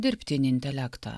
dirbtinį intelektą